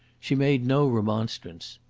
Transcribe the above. she made no remonstrance.